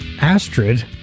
Astrid